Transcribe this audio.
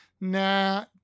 nah